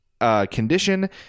condition